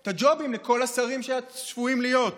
את הג'ובים לכל השרים שצפויים להיות?